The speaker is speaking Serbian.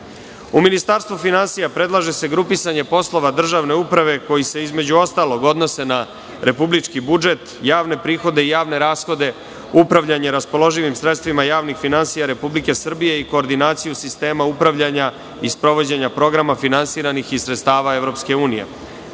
Ministarstvu finansija predlaže se grupisanje poslova državne uprave, koji se između ostalog, odnose na republički budžet, javne prihode i javne rashode, upravljanje raspoloživim sredstvima javnih finansija Republike Srbije i koordinaciju sistema upravljanja i sprovođenja programa finansiranih iz sredstava EU,